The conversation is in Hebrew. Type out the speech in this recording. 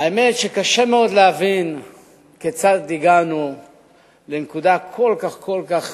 האמת היא שקשה מאוד להבין כיצד הגענו לנקודה כל כך כל כך